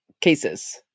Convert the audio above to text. cases